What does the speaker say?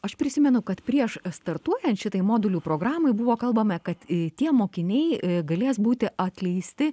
aš prisimenu kad prieš startuojant šitai modulių programai buvo kalbame kad tie mokiniai galės būti atleisti